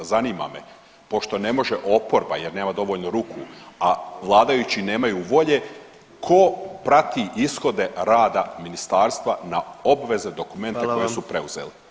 Zanima me, pošto ne može oporba jer nema dovoljno ruku, a vladajući nemaju volje, ko prati ishode rada ministarstva na obveze dokumente koje su preuzeli?